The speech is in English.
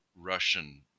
Russian